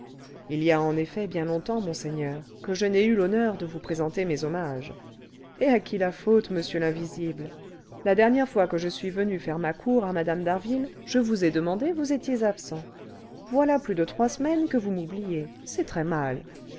il y a en effet bien longtemps monseigneur que je n'ai eu l'honneur de vous présenter mes hommages et à qui la faute monsieur l'invisible la dernière fois que je suis venu faire ma cour à mme d'harville je vous ai demandé vous étiez absent voilà plus de trois semaines que vous m'oubliez c'est